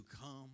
come